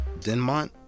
Denmont